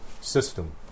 system